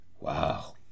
Wow